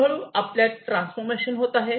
हळूहळू आपल्यात ट्रान्सफॉर्मेशन होत आहे